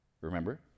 remember